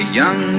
young